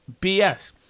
BS